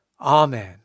Amen